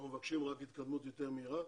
אנחנו מבקשים התקדמות יותר מהירה.